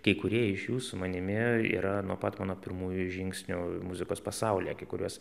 kai kurie iš jų su manimi yra nuo pat mano pirmųjų žingsnių muzikos pasaulyje kai kuriuos